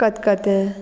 खतकते